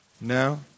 No